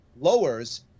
lowers